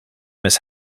miss